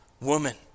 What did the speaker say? Woman